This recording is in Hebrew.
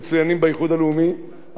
אנחנו מובילים היום את הקו המרכזי של